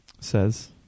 says